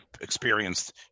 experienced